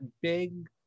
big